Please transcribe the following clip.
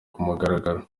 kumugaragaro